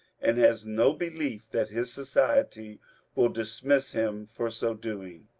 and has no belief that his society will dis miss him for so doing.